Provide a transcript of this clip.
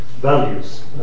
values